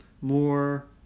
more